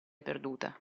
perduta